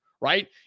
right